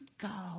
go